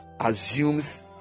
assumes